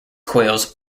coils